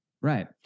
right